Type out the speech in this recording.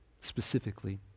specifically